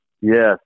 yes